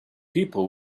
people